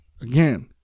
again